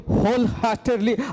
wholeheartedly